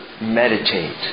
meditate